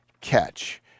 catch